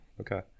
okay